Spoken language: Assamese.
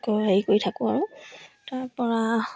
হেৰি কৰি থাকোঁ আৰু তাৰপৰা